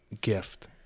gift